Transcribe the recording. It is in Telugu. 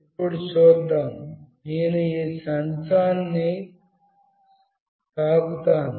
ఇప్పుడు చూద్దాం నేను ఈ సెన్సార్ని తాకు తాను